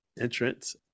entrance